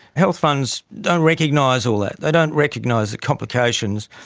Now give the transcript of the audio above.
health funds don't recognise all that, they don't recognise the complications,